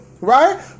right